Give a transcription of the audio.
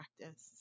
practice